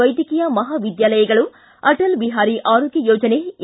ವೈದ್ಯಕೀಯ ಮಹಾವಿದ್ಯಾಲಯಗಳು ಆಟಲ್ ಬಿಹಾರಿ ಆರೋಗ್ಯ ಯೋಜನೆ ಎ